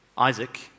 Isaac